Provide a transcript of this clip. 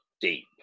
deep